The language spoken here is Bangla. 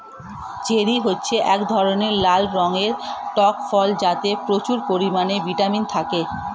চেরি হচ্ছে এক ধরনের লাল রঙের টক ফল যাতে প্রচুর পরিমাণে ভিটামিন থাকে